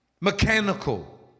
mechanical